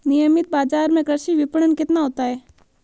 नियमित बाज़ार में कृषि विपणन कितना होता है?